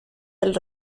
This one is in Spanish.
del